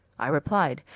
i replide,